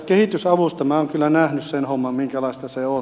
minä olen kyllä nähnyt sen homman minkälaista se on